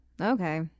okay